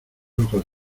ojos